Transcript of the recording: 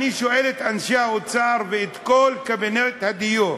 אני שואל את אנשי האוצר ואת כל קבינט הדיור,